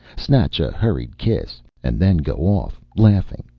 snatch a hurried kiss, and then go off, laughing,